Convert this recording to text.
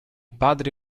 padre